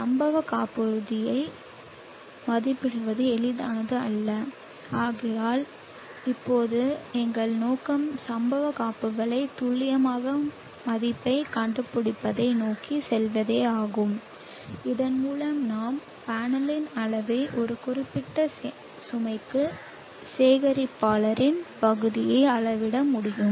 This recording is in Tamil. சம்பவ காப்புறுதியை மதிப்பிடுவது எளிதானது அல்ல ஆனால் இப்போது எங்கள் நோக்கம் சம்பவக் காப்புக்கான துல்லியமான மதிப்பைக் கண்டுபிடிப்பதை நோக்கிச் செல்வதேயாகும் இதன்மூலம் நாம் பேனலின் அளவை ஒரு குறிப்பிட்ட சுமைக்கு சேகரிப்பாளரின் பகுதியை அளவிட முடியும்